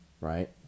right